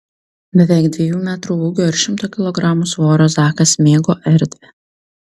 beveik dviejų metrų ūgio ir šimto kilogramų svorio zakas mėgo erdvę